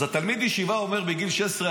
אז תלמיד הישיבה אומר בגיל 16,